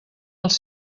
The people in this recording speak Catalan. els